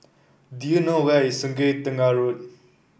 do you know where is Sungei Tengah Road